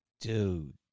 Dude